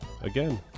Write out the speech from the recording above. again